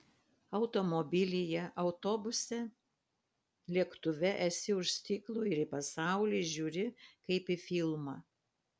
automobilyje autobuse lėktuve esi už stiklo ir į pasaulį žiūri kaip į filmą